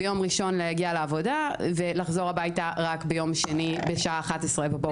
ביום ראשון להגיע לעבודה ולחזור הביתה רק ביום שני בשעה 11:00 בבוקר.